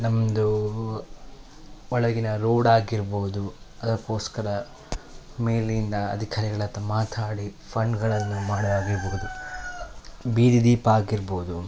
ನಮ್ಮದು ಒಳಗಿನ ರೋಡ್ ಆಗಿರ್ಬೋದು ಅದಕ್ಕೋಸ್ಕರ ಮೇಲಿಂದ ಅಧಿಕಾರಿಗಳ ಮಾತಾಡಿ ಫಂಡ್ಗಳನ್ನು ಮಾಡೋ ಆಗಿರ್ಬೋದು ಬೀದಿ ದೀಪ ಆಗಿರ್ಬೋದು